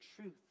truth